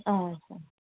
సరే